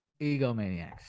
Egomaniacs